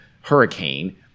hurricane